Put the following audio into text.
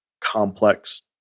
complex